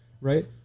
right